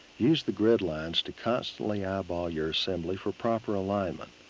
use the grid lines to constantly eyeball your assembly for proper alignment.